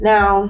Now